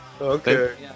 Okay